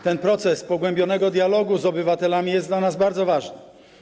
Ten proces pogłębionego dialogu z obywatelami jest dla nas bardzo ważny.